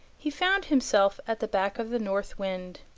he found himself at the back of the north wind.